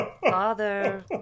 Father